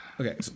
Okay